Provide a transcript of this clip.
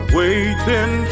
waiting